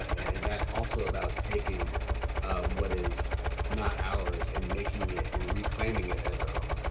and that's also about taking what is not ours and making it and reclaiming it as our own.